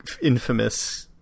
infamous